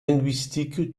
linguistique